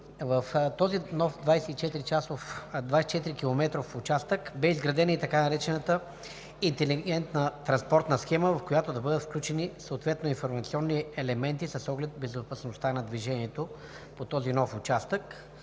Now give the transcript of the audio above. В този нов 24-километров участък бе изградена и така наречената интелигентна транспортна система, в която да бъдат включени съответно информационни елементи с оглед безопасността на движението по този нов участък,